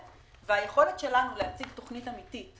והיכולת שלנו להציג תוכנית אמיתית